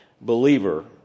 believer